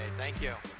thank you